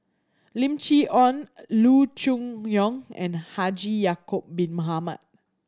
Lim Chee Onn Loo Choon Yong and Haji Ya'acob Bin Mohamed